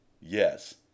Yes